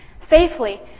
safely